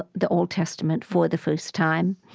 ah the old testament, for the first time.